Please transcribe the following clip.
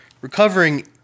Recovering